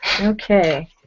Okay